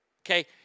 Okay